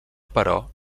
però